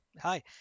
Hi